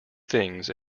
things